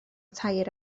tair